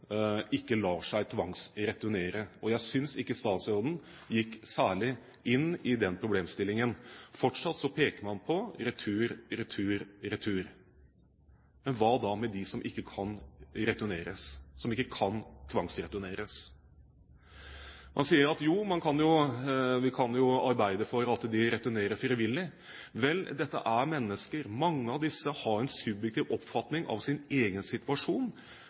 ikke lar seg tvangsreturnere, og jeg synes ikke statsråden gikk særlig inn i den problemstillingen. Fortsatt peker man på retur, retur, retur. Men hva da med dem som ikke kan returneres, som ikke kan tvangsreturneres? Man sier at jo, vi kan jo arbeide for at de returnerer frivillig. Vel, dette er mennesker. Mange av disse menneskene har en subjektiv oppfatning av sin egen situasjon